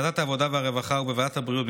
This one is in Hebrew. בוועדת העבודה והרווחה ובוועדת הבריאות,